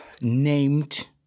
named